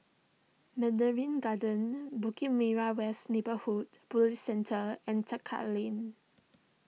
Mandarin Gardens Bukit Merah West Neighbourhood Police Centre and Tekka Lane